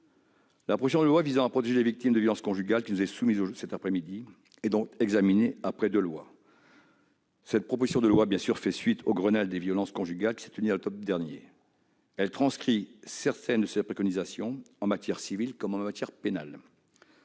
La proposition de loi visant à protéger les victimes de violences conjugales, qui nous est soumise cet après-midi, est donc examinée après deux lois. Ce texte fait bien sûr suite au Grenelle contre les violences conjugales, qui s'est tenu à l'automne dernier. Elle transcrit dans le droit certaines de ses préconisations, en matière civile comme pénale.